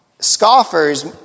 Scoffers